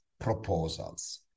proposals